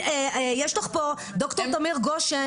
יש לך פה ד"ר תמיר גושן,